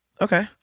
Okay